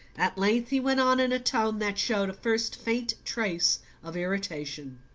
at length he went on in a tone that showed a first faint trace of irritation